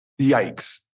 Yikes